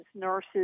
nurses